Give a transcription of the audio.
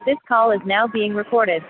this call is now being recorded